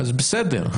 אז בסדר,